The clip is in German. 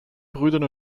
brüdern